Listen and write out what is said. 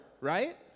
right